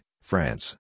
France